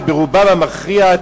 וברובם המכריע,